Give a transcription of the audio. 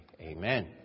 Amen